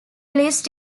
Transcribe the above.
least